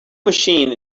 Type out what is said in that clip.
machine